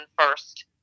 first